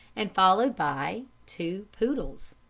and followed by two poodles.